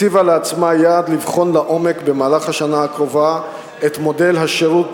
הציבה לעצמה יעד לבחון לעומק במהלך השנה הקרובה את מודל השירות,